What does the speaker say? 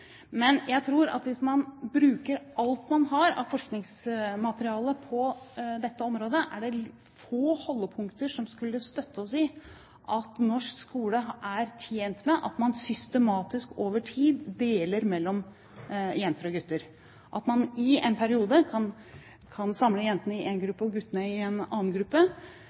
Men jeg tror at hvis man bruker alt man har av forskningsmateriale på dette området, er det få holdepunkter som skulle støtte oss i at norsk skole er tjent med at man systematisk over tid deler mellom jenter og gutter. At man i en periode kan samle jentene i én gruppe og guttene i en annen gruppe